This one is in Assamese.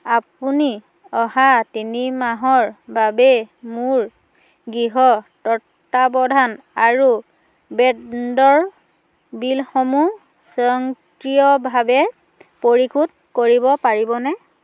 আপুনি অহা তিনি মাহৰ বাবে মোৰ গৃহ তত্বাৱধান আৰু বেণ্ডৰ বিলসমূহ স্বয়ংক্ৰিয়ভাৱে পৰিশোধ কৰিব পাৰিবনে